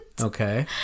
Okay